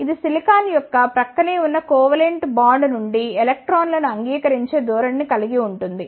ఇది సిలికాన్ యొక్క ప్రక్క నే ఉన్న కొవెలెంట్ బాండ్ నుండి ఎలక్ట్రాన్లను అంగీకరించే ధోరణి ని కలిగి ఉంది